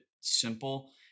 simple